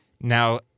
now